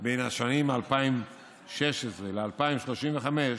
בין השנים 2016 ו-2035,